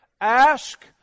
Ask